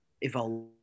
evolve